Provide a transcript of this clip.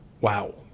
Wow